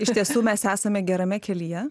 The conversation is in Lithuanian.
iš tiesų mes esame gerame kelyje